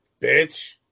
Bitch